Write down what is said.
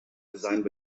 designed